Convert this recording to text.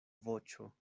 voĉo